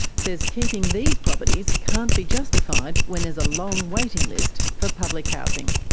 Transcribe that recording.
says keeping these properties can't be justified when there's a long waiting list for public housing.